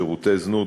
שירותי זנות,